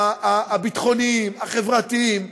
הביטחוניים, החברתיים.